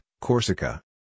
Corsica